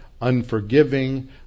unforgiving